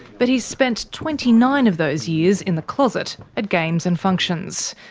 but he's spent twenty nine of those years in the closet at games and functions.